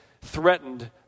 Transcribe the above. threatened